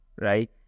right